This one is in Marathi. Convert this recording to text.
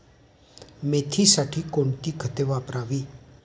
मेथीसाठी कोणती खते वापरावी?